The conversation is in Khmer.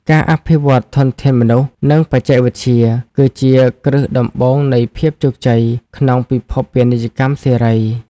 ការអភិវឌ្ឍធនធានមនុស្ស និងបច្ចេកវិទ្យា គឺជាគ្រឹះដំបូងនៃភាពជោគជ័យក្នុងពិភពពាណិជ្ជកម្មសេរី។